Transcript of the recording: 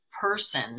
person